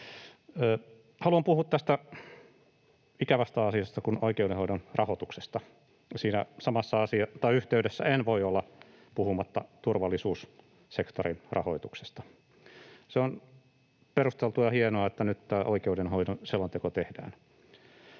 Haluan puhua tästä ikävästä asiasta, oikeudenhoidon rahoituksesta, ja siinä samassa yhteydessä en voi olla puhumatta turvallisuussektorin rahoituksesta. On perusteltua ja hienoa, että nyt tämä oikeudenhoidon selonteko tehdään,